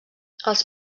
els